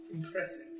impressive